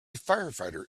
firefighter